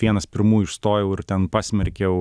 vienas pirmųjų išstojau ir ten pasmerkiau